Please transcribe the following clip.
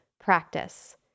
practice